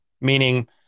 meaning